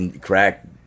crack